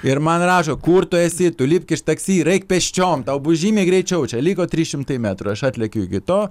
ir man rašo kur tu esi tu lipk iš taksi ir eik pėsčiom tau bus žymiai greičiau čia liko trys šimtai metrų aš atlekiu iki to